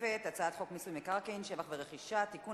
הצעת חוק מיסוי מקרקעין (שבח ורכישה) (תיקון,